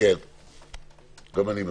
גם אני מסכים.